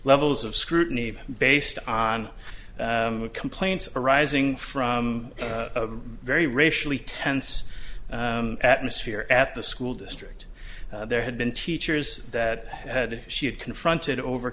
levels of scrutiny based on complaints arising from a very racially tense atmosphere at the school district there had been teachers that had she had confronted over